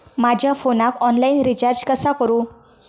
माझ्या फोनाक online recharge कसा करू?